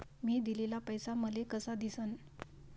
मी दिलेला पैसा मले कसा दिसन?